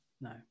no